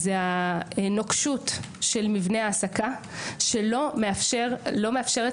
הנוקשות של מבנה ההעסקה שלא מאפשרת